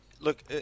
look